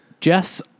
Jess